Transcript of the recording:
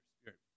spirit